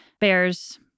bears